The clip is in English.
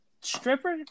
stripper